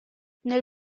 nel